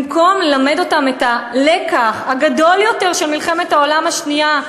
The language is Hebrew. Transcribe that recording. במקום ללמד אותם את הלקח הגדול יותר של מלחמת העולם השנייה,